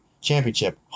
Championship